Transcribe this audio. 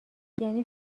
یعنی